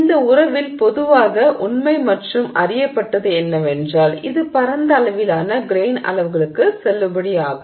இந்த உறவில் பொதுவாக உண்மை மற்றும் அறியப்பட்டது என்னவென்றால் இது பரந்த அளவிலான கிரெய்ன் அளவுகளுக்கு செல்லுபடியாகும்